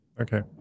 Okay